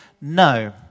no